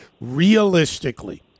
realistically